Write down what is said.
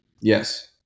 Yes